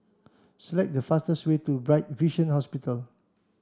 select the fastest way to Bright Vision Hospital